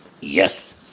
yes